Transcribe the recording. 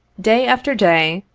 day after day,